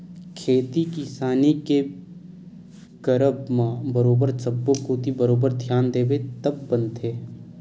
खेती किसानी के करब म बरोबर सब्बो कोती बरोबर धियान देबे तब बनथे